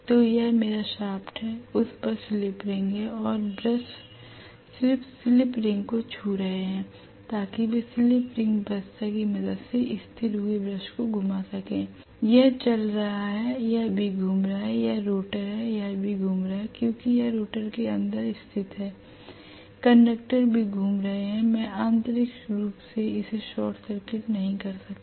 तो यह मेरा शाफ्ट है उस पर स्लिप रिंग है और ब्रश सिर्फ स्लिप रिंग को छू रहे हैं ताकि वे स्प्रिंग व्यवस्था की मदद से स्थिर हुए ब्रश को घुमा सके l यह चल रहा है यह भी घूम रहा है यह रोटर है और यह भी घूम रहा है क्योंकि यह रोटर के अंदर स्थित है कंडक्टर भी घूम रहे हैं मैं आंतरिक रूप से उन्हें शॉर्ट सर्किट नहीं कर सकता